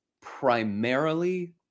primarily